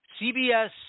CBS